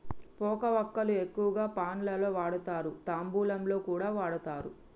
పోక వక్కలు ఎక్కువగా పాన్ లలో వాడుతారు, తాంబూలంలో కూడా వాడుతారు